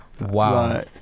Wow